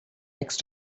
next